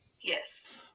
Yes